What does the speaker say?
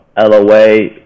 LOA